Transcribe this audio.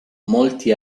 molti